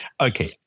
Okay